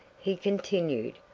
he continued,